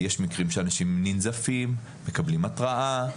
יש מקרים שאנשים ננזפים, מקבלים התראה,